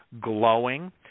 glowing